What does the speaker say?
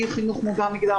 מחינוך מודע מגדר,